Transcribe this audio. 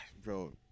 bro